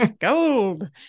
Gold